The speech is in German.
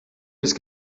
ist